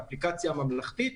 האפליקציה הממלכתית,